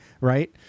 right